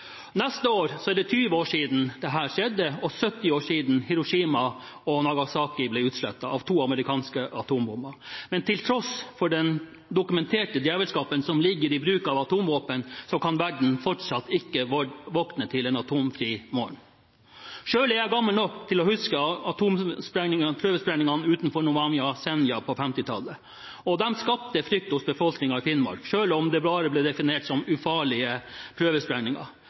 Neste år er det 20 år siden dette skjedde og 70 år siden Hiroshima og Nagasaki ble utslettet av to amerikanske atombomber. Men til tross for den dokumenterte djevelskapen som ligger i bruken av atomvåpen, kan verden fortsatt ikke våkne til en atomfri morgen. Selv er jeg gammel nok til å huske atomprøvesprengningene utenfor Novaja Semlja på 1950-tallet. De skapte frykt hos befolkningen i Finnmark, selv om det bare ble definert som ufarlige